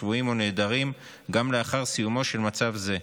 שבויים או נעדרים גם לאחר סיומו של מצב זה.